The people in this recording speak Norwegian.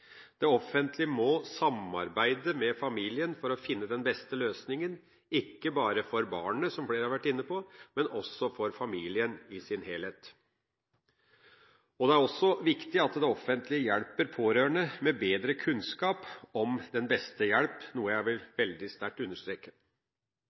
Det offentlige må samarbeide med familien for å finne den beste løsningen, ikke bare for barnet – som flere har vært inne på – men også for familien i sin helhet. Det er også viktig at det offentlige hjelper pårørende med kunnskap om den beste hjelpen, noe jeg vil